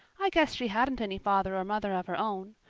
i guess she hadn't any father or mother of her own.